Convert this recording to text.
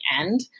end